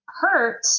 hurt